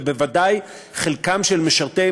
ובוודאי חלקם של משרתי,